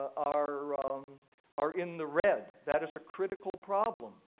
are um are in the red. that is a critical problem.